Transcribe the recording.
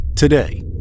today